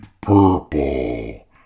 purple